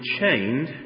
chained